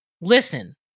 listen